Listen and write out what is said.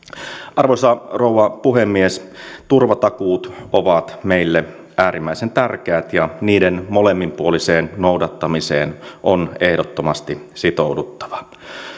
arvoisa rouva puhemies turvatakuut ovat meille äärimmäisen tärkeät ja niiden molemminpuoliseen noudattamiseen on ehdottomasti sitouduttava